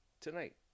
Tonight